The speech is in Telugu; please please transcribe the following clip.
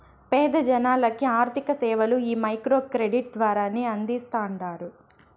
పేద జనాలకి ఆర్థిక సేవలు ఈ మైక్రో క్రెడిట్ ద్వారానే అందిస్తాండారు